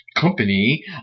company